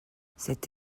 cette